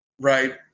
right